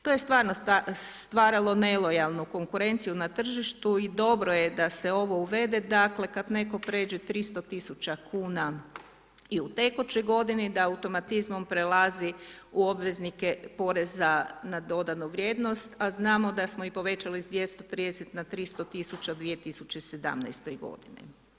To je stvarno stvaralo nelojalnu konkurenciju na tržištu i dobro je da se ovo uvede, dakle, kada netko pređe 300 tisuća kuna i u tekućoj godini, da automatizmom prelazi u obveznike poreza na dodanu vrijednost, a znamo da smo i povećali s 230 na 300 tisuća u 2017. godini.